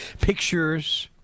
pictures